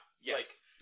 Yes